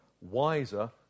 wiser